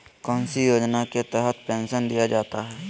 कौन सी योजना के तहत पेंसन दिया जाता है?